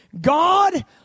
God